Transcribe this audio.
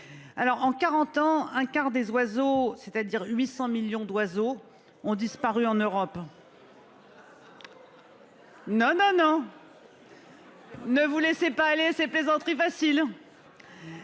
Alors en 40 ans, un quart des oiseaux, c'est-à-dire 800 millions d'oiseaux ont disparu en Europe. Non non non. Ne vous laissez pas aller ses plaisanteries faciles.